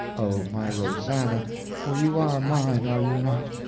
oh, my rosannah for you are mine, are you not?